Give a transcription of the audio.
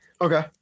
Okay